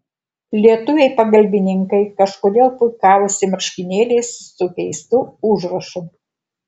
lietuviai pagalbininkai kažkodėl puikavosi marškinėliais su keistu užrašu